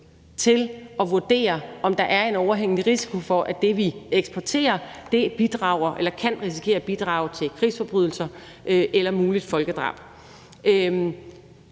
til at vurdere, om der er en overhængende risiko for, at det, vi eksporterer, bidrager eller kan risikere at bidrage til krigsforbrydelser eller muligt folkedrab.